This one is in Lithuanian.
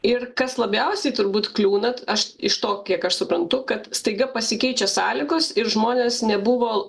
ir kas labiausiai turbūt kliūnat aš iš to kiek aš suprantu kad staiga pasikeičia sąlygos ir žmonės nebuvo